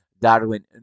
Darwin